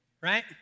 right